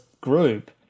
group